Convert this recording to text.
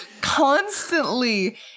Constantly